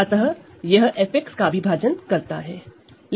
अतः यह f को भी डिवाइड करता है